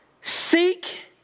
Seek